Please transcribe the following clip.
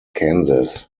kansas